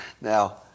Now